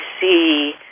see